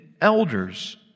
elders